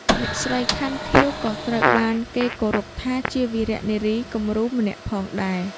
អ្នកស្រី ខាន់ ខៀវ ក៏ត្រូវបានគេគោរពថាជាវីរនារីគំរូម្នាក់ផងដែរ។